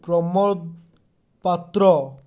Pramod Patra